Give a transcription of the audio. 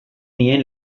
nien